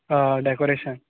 decoration